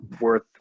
worth